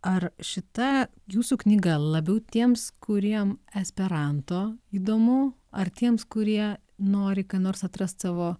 ar šita jūsų knyga labiau tiems kuriem esperanto įdomu ar tiems kurie nori ką nors atrast savo